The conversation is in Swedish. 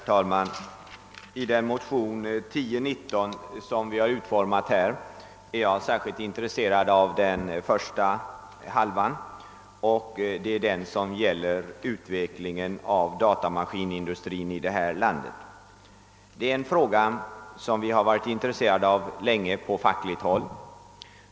Herr talman! När det gäller den motion — nr II: 1019 — som vi har väckt i denna fråga är jag särskilt intresserad av den första halvan, alltså den som tar sikte på utvecklingen av datamaskinindustrin i detta land. Detta är en fråga som vi på fackligt håll länge varit intresserade av.